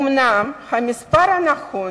אומנם המספר נכון,